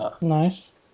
Nice